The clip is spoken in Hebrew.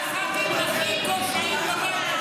אחד הח"כים הכי פושעים בבית.